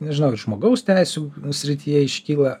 nežinau ir žmogaus teisių srityje iškyla